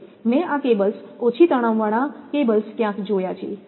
મેં આ કેબલ્સ ઓછી તણાવ વાળા કેબલ્સ ક્યાંય જોયા છે